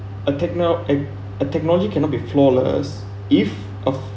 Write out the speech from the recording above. a technolo~ a a technology cannot be flawless if if